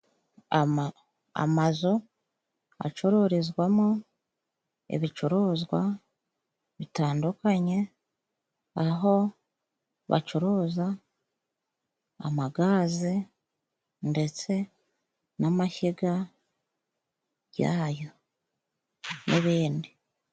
Ama amazu acururizwamo ibicuruzwa bitandukanye, aho bacuruza amagaze ndetse n'amashyiga byayo n'ibindi...